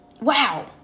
wow